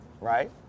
right